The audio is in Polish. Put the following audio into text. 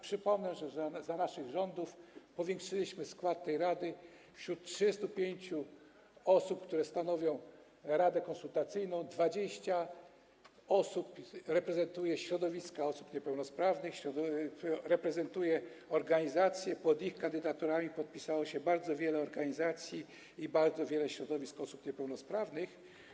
Przypomnę, że za naszych rządów powiększyliśmy skład tej rady: wśród 35 osób, które stanowią radę konsultacyjną, 20 osób reprezentuje środowiska osób niepełnosprawnych, reprezentuje organizacje - pod ich kandydaturami podpisało się bardzo wiele organizacji i bardzo wiele środowisk osób niepełnosprawnych.